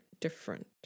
different